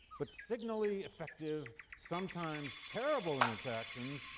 but signally effective, sometimes terrible in its actions.